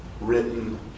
written